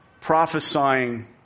Prophesying